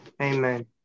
Amen